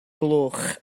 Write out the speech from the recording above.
gloch